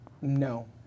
No